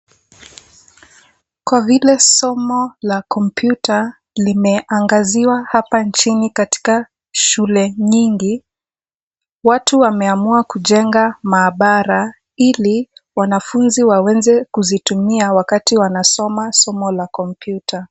Kwa vile somo la kompyuta limeangaziwa hapa nchini katika shule nyingi watu wameamua kujenga maabara ili wanafunzi waweze kuzitumia wakati wanasoma somo la kompyuta.